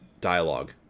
dialogue